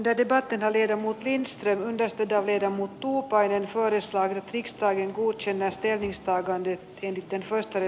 de debate näkee ja muut lindströmin työstetään veden muuttuu paine tuodessaan rix toinen kuin selvästi aavistaakaan ei tiennyt delfoista he